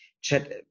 chat